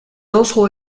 also